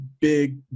big